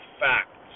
facts